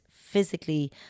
physically